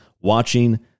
watching